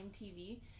TV